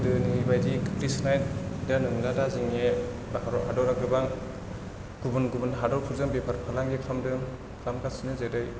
गोदोनि बायदि गोग्लैसोनाय दा नंला दा जोंनिया भारत हादरा गोबां गुबुन गुबुन हादरजों बेफार फालांगि खालामदों खालामगासिनो जेरै